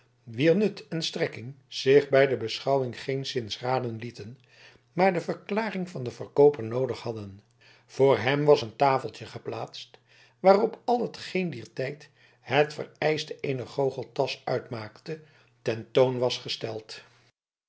wier nut en strekking zich bij de beschouwing geenszins raden lieten maar de verklaring van den verkooper noodig hadden voor hem was een tafeltje geplaatst waarop al hetgeen te dier tijd het vereischte eener goocheltasch uitmaakte ten toon was gesteld